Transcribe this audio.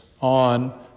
on